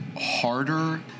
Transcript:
harder